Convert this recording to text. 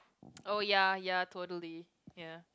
oh ya ya totally ya